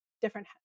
different